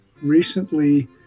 recently